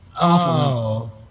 Awful